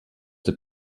der